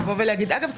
אגב,